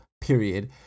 period